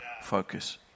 Focus